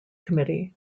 committee